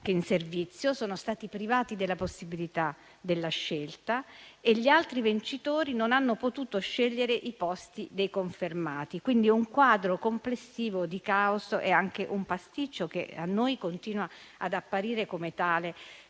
che in servizio sono stati privati della possibilità della scelta; inoltre, gli altri vincitori non hanno potuto scegliere i posti dei confermati. Si tratta, quindi, di un quadro complessivo di caos e anche di un pasticcio che a noi continua ad apparire tale,